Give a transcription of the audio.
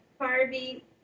Harvey